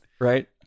Right